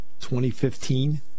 2015